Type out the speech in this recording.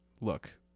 look